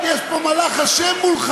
יש פה מלאך ה' מולך,